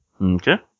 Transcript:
Okay